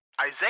Isaiah